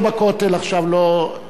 כל מי שיש לו בעיות שילך,